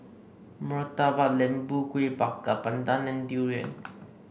Murtabak Lembu Kueh Bakar Pandan and durian